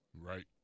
Right